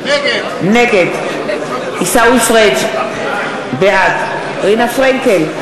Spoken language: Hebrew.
נגד עיסאווי פריג' בעד רינה פרנקל,